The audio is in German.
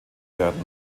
werden